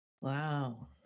Wow